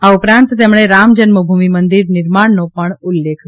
આ ઉપરાંત તેમણે રામજન્મભૂમી મંદિર નિર્માણનો પણ ઉલ્લેખ કર્યો